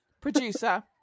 Producer